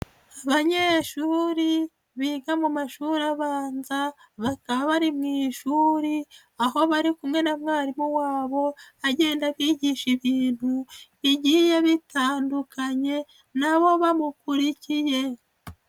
Abanyeshuri biga mu mashuri abanza, bakaba bari mu ishuri, aho bari kumwe na mwarimu wabo, agenda abigisha ibintugiye bitandukanye, na bo bamukurikiye.